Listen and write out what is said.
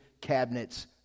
cabinets